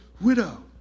widow